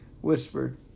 whispered